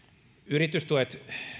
yritystuet